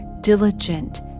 diligent